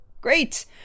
Great